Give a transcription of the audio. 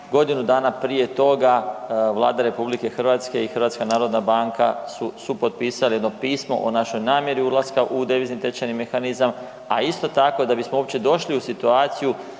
Godinu dana prije toga Vlada RH i HNB su supotpisali jedno pismo o našoj namjeri ulaska u devizni tečajni mehanizam, a isto tako da bismo uopće došli u situaciju